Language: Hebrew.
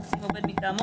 שצריך לשים עובד מטעמו,